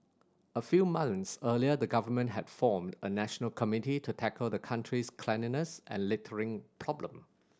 a few months earlier the Government had formed a national committee to tackle the country's cleanliness and littering problem